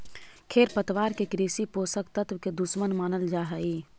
खेरपतवार के कृषि पोषक तत्व के दुश्मन मानल जा हई